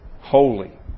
holy